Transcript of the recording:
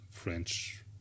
French